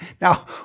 Now